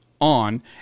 on